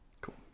cool